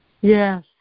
yes